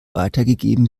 weitergegeben